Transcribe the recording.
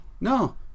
No